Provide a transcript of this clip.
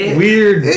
weird